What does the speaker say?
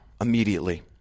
immediately